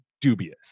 dubious